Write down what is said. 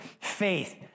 faith